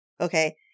Okay